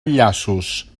enllaços